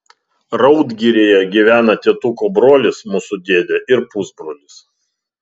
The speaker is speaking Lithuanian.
raudgiryje gyvena tėtuko brolis mūsų dėdė ir pusbrolis